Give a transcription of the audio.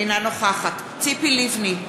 אינה נוכחת ציפי לבני,